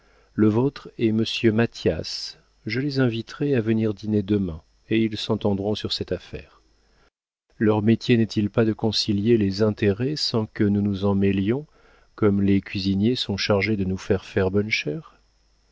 le vôtre est monsieur mathias je les inviterai à venir dîner demain et ils s'entendront sur cette affaire leur métier n'est-il pas de concilier les intérêts sans que nous nous en mêlions comme les cuisiniers sont chargés de nous faire faire bonne chère